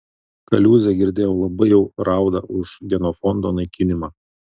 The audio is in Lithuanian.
kaliūzė girdėjau labai jau rauda už genofondo naikinimą